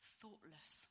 thoughtless